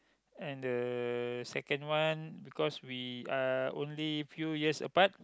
and the second one because we are only few years apart